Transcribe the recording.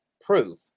proof